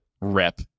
rep